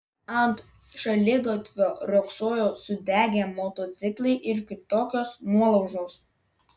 ant šaligatvio riogsojo sudegę motociklai ir kitokios nuolaužos